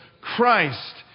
Christ